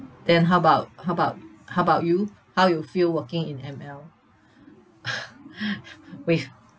then how about how about how about you how you feel working in M_L with